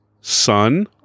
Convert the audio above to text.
sun